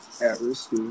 At-risk